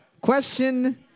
Question